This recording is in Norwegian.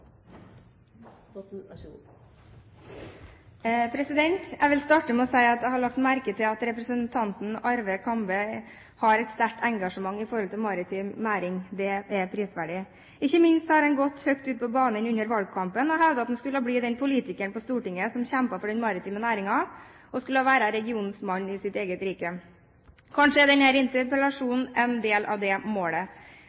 lagt merke til at representanten Arve Kambe har et sterkt engasjement for maritim næring. Det er prisverdig. Ikke minst har han gått høyt ut på banen under valgkampen ved å hevde at han skulle bli den politikeren på Stortinget som kjemper for den maritime næringen og skulle være en regionens mann i sitt eget rike. Kanskje er denne interpellasjonen en del av det målet. Videre synes jeg det er prisverdig at representanten Kambe har mot til å utfordre næringsministeren i den